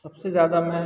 सबसे ज़्यादा मैं